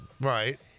Right